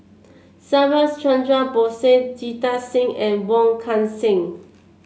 Subhas Chandra Bose Jita Singh and Wong Kan Seng